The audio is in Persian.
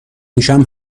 میشم